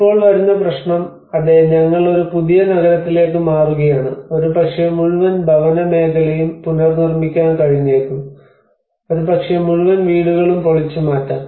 ഇപ്പോൾ വരുന്ന പ്രശ്നം അതെ ഞങ്ങൾ ഒരു പുതിയ നഗരത്തിലേക്ക് മാറുകയാണ് ഒരുപക്ഷേ മുഴുവൻ ഭവനമേഖലയും പുനർനിർമിക്കാൻ കഴിഞ്ഞേക്കും ഒരുപക്ഷേ മുഴുവൻ വീടുകളും പൊളിച്ചുമാറ്റാം